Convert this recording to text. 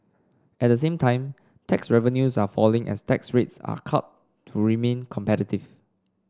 at the same time tax revenues are falling as tax rates are cut to remain competitive